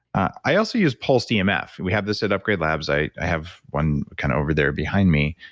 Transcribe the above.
i also use pulsed yeah um emf. we have this at upgrade labs. i have one kind of over there behind me,